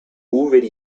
already